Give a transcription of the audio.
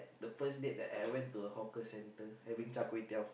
the first date that I went to a hawker center having char-kway-teow